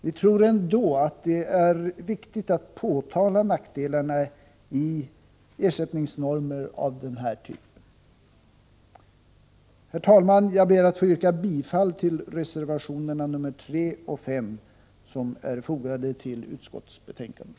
Vi tror ändå att det är viktigt att påtala nackdelarna i ersättningsnormer av denna typ. Herr talman! Jag ber att få yrka bifall till reservationerna 3 och 5 som är fogade till utskottsbetänkandet.